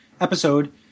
episode